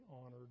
honored